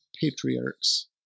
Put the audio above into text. patriarchs